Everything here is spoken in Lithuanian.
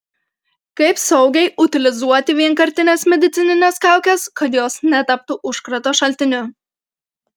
kaip saugiai utilizuoti vienkartines medicinines kaukes kad jos netaptų užkrato šaltiniu